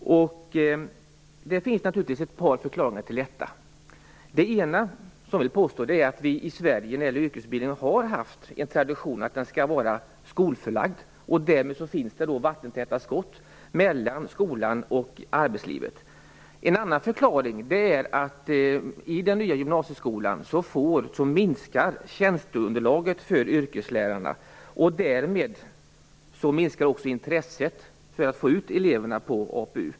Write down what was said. Det finns naturligtvis ett par förklaringar till detta. Den ena är att vi i Sverige har haft en tradition att yrkesutbildningen skall vara skolförlagd. Därmed finns det vattentäta skott mellan skolan och arbetslivet. En annan förklaring är att tjänsteunderlaget för yrkeslärarna minskar i den nya gymnasieskolan. Därmed minskar också intresset för att få ut eleverna på APU.